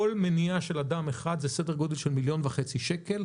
כל מניעה של אדם אחד זה סדר גודל של מיליון וחצי שקל.